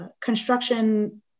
construction